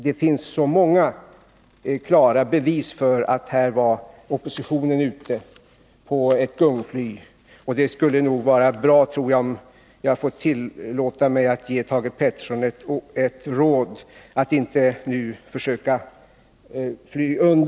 Det finns många klara bevis för att oppositionen här var ute på ett gungfly. Ett uttalande om konkurs är lika tokigt oavsett om det är ekonomiministern eller vilken annan som helst som gör det.